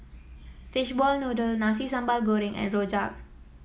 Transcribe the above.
Fishball Noodle Nasi Sambal Goreng and rojak